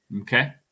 Okay